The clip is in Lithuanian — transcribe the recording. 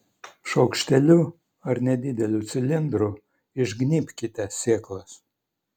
šaukšteliu ar nedideliu cilindru išgnybkite sėklas